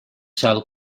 seal